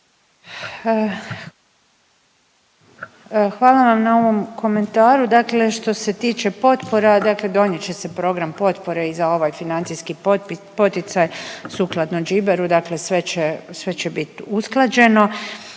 Hvala vam na ovom komentaru, dakle što se tiče potpora, dakle donijet će se program potpore i za ovaj financijski poticaj sukladno džiberu, dakle sve će, sve će bit usklađeno.